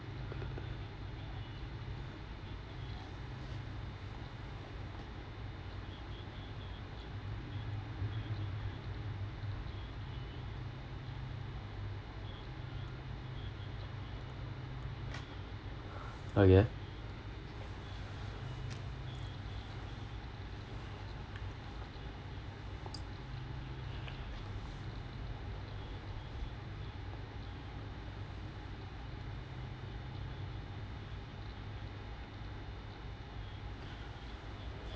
okay